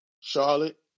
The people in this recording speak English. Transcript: charlotte